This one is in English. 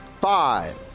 five